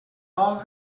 vol